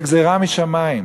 זה גזירה משמים,